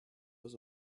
was